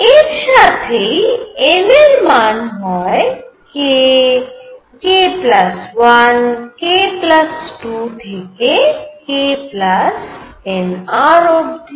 এর সাথেই n এর মান হয় k k 1 k 2 থেকে k nr অবধি